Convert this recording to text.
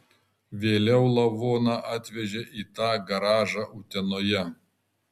vėliau lavoną atvežė į tą garažą utenoje